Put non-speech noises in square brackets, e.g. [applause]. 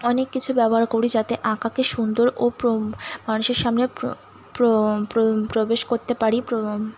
অনেক কিছু ব্যবহার করি যাতে আঁকাকে সুন্দর ও [unintelligible] মানুষের সামনে প্রবেশ করতে পারি [unintelligible]